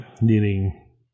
needing